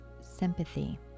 sympathy